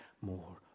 more